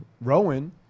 Rowan